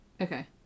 Okay